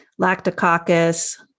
Lactococcus